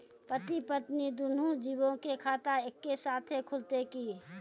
पति पत्नी दुनहु जीबो के खाता एक्के साथै खुलते की?